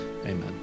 Amen